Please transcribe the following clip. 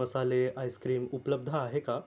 मसाले आईस्क्रीम उपलब्ध आहे का